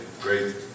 great